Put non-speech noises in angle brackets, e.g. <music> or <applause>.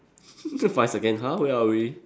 <laughs> five seconds !huh! where are we